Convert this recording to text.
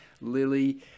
Lily